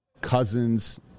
cousins